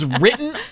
written